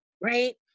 right